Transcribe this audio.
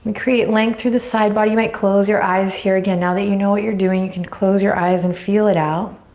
create length through the side body. you might close your eyes here again. now that you know what you're doing you can close your eyes and feel it out.